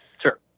Sure